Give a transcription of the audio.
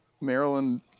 Maryland